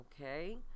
okay